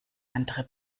andere